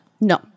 No